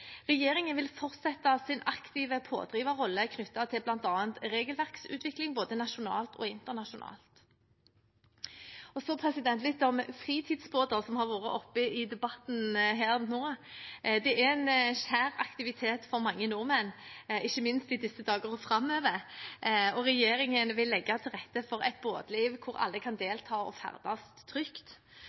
Regjeringen vil fortsette sin aktive pådriverrolle knyttet til bl.a. regelverksutvikling, både nasjonalt og internasjonalt. Så litt om fritidsbåter, som har vært oppe i debatten her nå: Båtliv er en kjær aktivitet for mange nordmenn, ikke minst i disse dager og framover, og regjeringen vil legge til rette for et båtliv der alle kan delta og ferdes trygt.